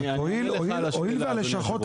הואיל והלשכות,